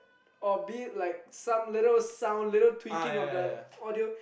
or be it like some little sound little ticking of the audio